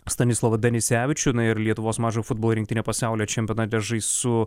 stanislovą danisevičių ir lietuvos mažojo futbolo rinktinė pasaulio čempionate žais su